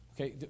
Okay